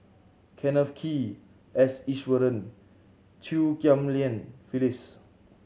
Kenneth Kee S Iswaran Chew Ghim Lian Phyllis